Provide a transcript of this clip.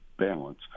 balance